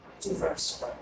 diverse